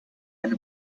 eine